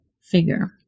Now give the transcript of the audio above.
figure